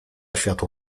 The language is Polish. światło